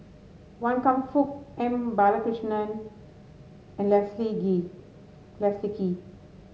Wan Kam Fook M Balakrishnan and Leslie Gee Leslie Kee